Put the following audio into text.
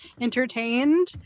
entertained